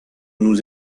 nous